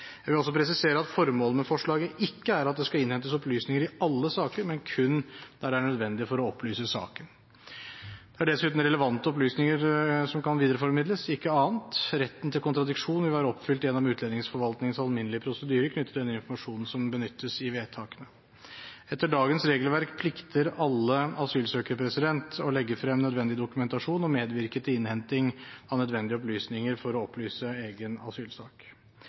Jeg vil også presisere at formålet med forslaget ikke er at det skal innhentes opplysninger i alle saker, men kun der det er nødvendig for å opplyse saken. Det er dessuten relevante opplysninger som kan videreformidles, ikke annet. Retten til kontradiksjon vil være oppfylt gjennom utlendingsforvaltningens alminnelige prosedyre knyttet til den informasjonen som benyttes i vedtakene. Etter dagens regelverk plikter alle asylsøkere å legge frem nødvendig dokumentasjon og medvirke til innhenting av nødvendige opplysninger for å opplyse egen asylsak.